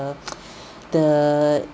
the